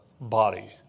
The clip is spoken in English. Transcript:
body